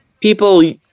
people